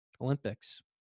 Olympics